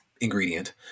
ingredient